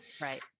Right